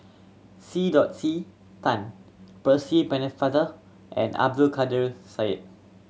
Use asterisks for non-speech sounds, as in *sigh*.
C *unintelligible* C Tan Percy Pennefather and Abdul Kadir Syed